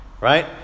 right